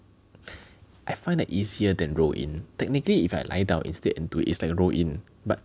I find that easier than roll in technically if I lie down instead and do it's like roll in but